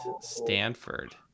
Stanford